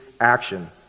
action